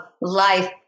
life